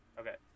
okay